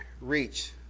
reach